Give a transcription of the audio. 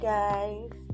guys